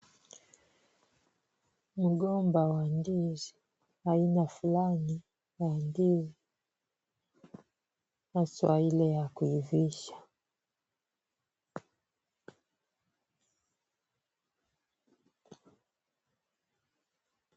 Mgomba wa ndizi aina fulani ya ndizi haswa ile ya kuivisha.